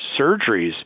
surgeries